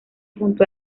junto